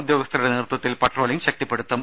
ഉദ്യോഗസ്ഥരുടെ നേതൃത്വത്തിൽ പട്രോളിംഗ് ശക്തിപ്പെടുത്തും